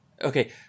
Okay